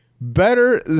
Better